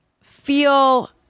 feel